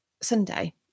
Sunday